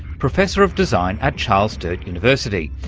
professor of design at charles sturt university.